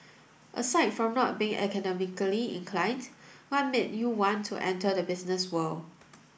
aside from not being academically inclined what made you want to enter the business world